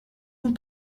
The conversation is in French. nous